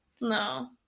No